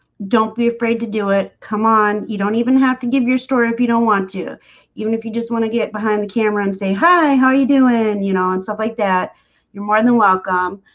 don't be afraid to do it come on you don't even have to give your story if you don't want to even if you just want to get behind the camera and say hi. how are you doing, and you know and stuff so like that you're more than welcome